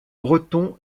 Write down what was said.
bretons